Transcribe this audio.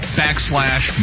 backslash